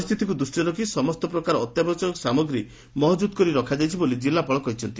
ପରିସ୍ଚିତିକୁ ଦୃଷ୍ଷିରେ ସମସ୍ତ ପ୍ରକାର ଆବଶ୍ୟକ ସାମଗ୍ରୀ ମହଜୁଦ କରି ରଖାଯାଇଛି ବୋଲି ଜିଲ୍ଲାପାଳ କହିଛନ୍ତି